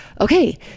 okay